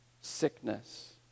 sickness